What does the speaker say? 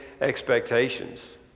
expectations